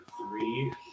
three